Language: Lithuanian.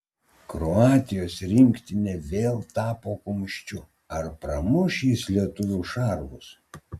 kroatijos rinktinė vėl tapo kumščiu ar pramuš jis lietuvių šarvus